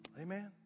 Amen